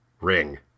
ring